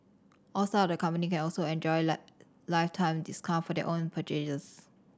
all staff of the company can also enjoy lifetime discount for their own purchases